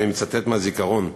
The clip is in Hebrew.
ואני מצטט מהזיכרון: